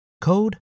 code